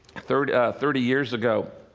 thirty thirty years ago,